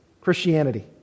Christianity